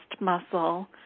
muscle